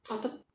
autumn